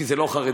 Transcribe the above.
כי זה לא חרדי.